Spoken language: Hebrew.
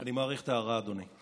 אני מעריך את ההערה, אדוני.